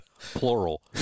Plural